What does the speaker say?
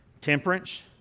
temperance